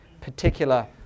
particular